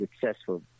successful